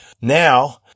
now